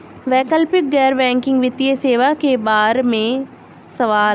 वैकल्पिक गैर बैकिंग वित्तीय सेवा के बार में सवाल?